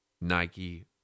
Nike